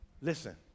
Listen